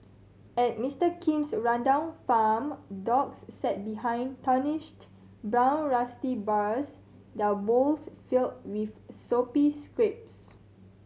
at Mister Kim's rundown farm dogs sat behind tarnished brown rusty bars their bowls filled with soupy scraps